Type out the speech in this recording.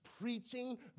preaching